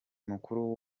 mukuru